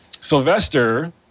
Sylvester